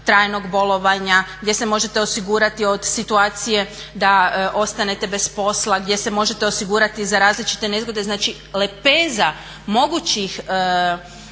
trajnog bolovanja, gdje se možete osigurati od situacije da ostanete bez posla, gdje se možete osigurati za različite nezgode. Znači, lepeza mogućih